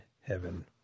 heaven